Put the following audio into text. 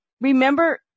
remember